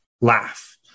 laugh